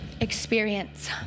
experience